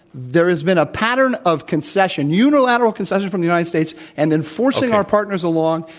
there has been a pattern of concession, unilateral concession from the united states, and in forcing our partners along,